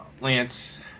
Lance